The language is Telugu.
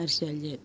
అరిసెలు చేస్తా